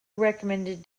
recommended